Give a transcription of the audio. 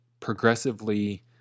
Progressively